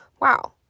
Wow